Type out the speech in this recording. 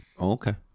okay